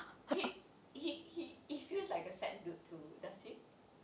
he he he he feels like a sad dude too does he